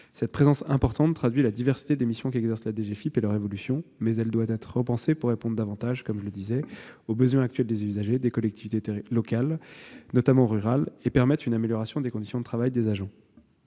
Cette présence importante traduit la diversité des missions qu'exerce la DGFiP et leur évolution. Cela étant, elle doit être repensée pour mieux répondre aux besoins actuels des usagers, des collectivités locales, notamment rurales, et permettre une amélioration des conditions de travail des agents.